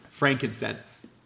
Frankincense